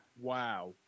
Wow